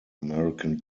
american